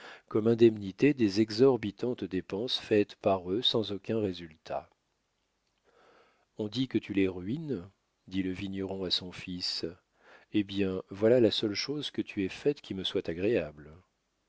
comme indemnité des exorbitantes dépenses faites par eux sans aucun résultat on dit que tu les ruines dit le vigneron à son fils eh bien voilà la seule chose que tu aies faite qui me soit agréable